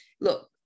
look